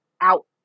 out